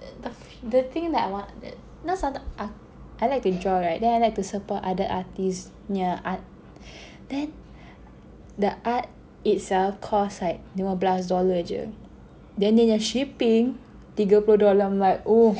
!oof! the thing that I want err you know sometimes I like to draw right then I like to support other artist punya art then the art itself cost like lima belas dollar aje then then their shipping tiga puluh dollar and I'm like !oof!